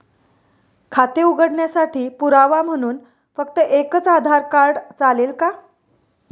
खाते उघडण्यासाठी पुरावा म्हणून फक्त एकच आधार कार्ड चालेल का?